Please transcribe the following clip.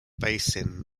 basin